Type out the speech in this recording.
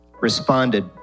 responded